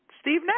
Steve